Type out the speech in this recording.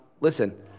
Listen